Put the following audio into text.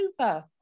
over